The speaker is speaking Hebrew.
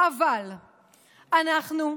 אבל אנחנו,